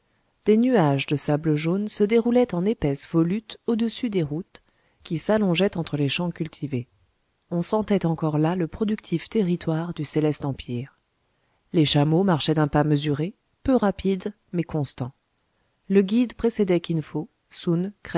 des nuages de sable jaune se déroulaient en épaisses volutes au-dessus des routes qui s'allongeaient entre les champs cultivés on sentait encore là le productif territoire du céleste empire les chameaux marchaient d'un pas mesuré peu rapide mais constant le guide précédait kin fo soun